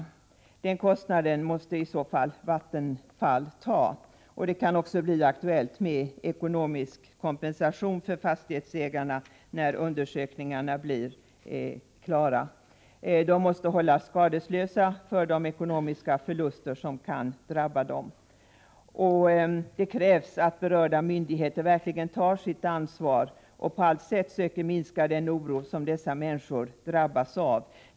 Kostnaden för en sådan flyttning måste i så fall Vattenfall stå för. Vidare kan det bli aktuellt med ekonomisk kompensation till fastighetsägarna i området när undersökningarna är klara. Människorna måste hållas skadeslösa, med tanke på de ekonomiska förluster som de kan drabbas av. Det krävs att berörda myndigheter verkligen tar sitt ansvar och att de på alla sätt försöker göra någonting för att minska den oro som de drabbade människorna känner.